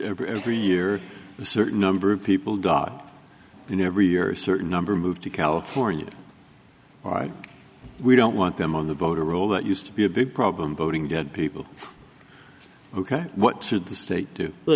every year a certain number of people die in every year a certain number move to california why we don't want them on the boat a rule that used to be a big problem voting dead people ok what should the state do the